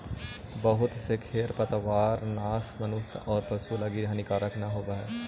बहुत से खेर पतवारनाश मनुष्य औउर पशु लगी हानिकारक न होवऽ हई